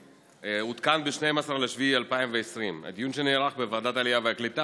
עודכן ב-12 ביולי 2020. בדיון שנערך בוועדת העלייה והקליטה